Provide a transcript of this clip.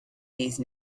these